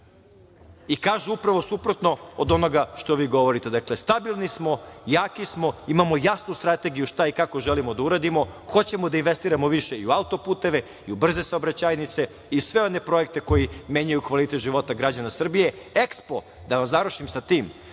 i kažu upravo suprotno od onoga što vi govorite. Dakle, stabilni smo, jaki smo, imamo jasnu strategiju šta i kako želimo da uradimo, hoćemo da investiramo više i u autoputeve, u brze saobraćajnice i u sve one projekte koji menjaju kvalitet života građana Srbije. Da završim sa tim,